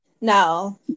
No